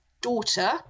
daughter